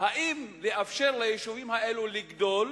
אם לאפשר ליישובים האלה לגדול